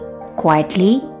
Quietly